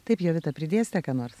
taip jovita pridėsite ką nors